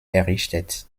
errichtet